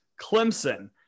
Clemson